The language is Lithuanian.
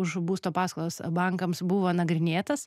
už būsto paskolas bankams buvo nagrinėtas